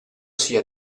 sia